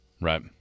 Right